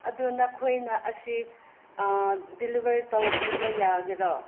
ꯑꯗꯨ ꯅꯈꯣꯏꯅ ꯑꯁꯤ ꯗꯦꯂꯤꯚꯔ ꯇꯧꯕꯤꯕ ꯌꯥꯒꯗ꯭ꯔꯣ